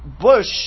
bush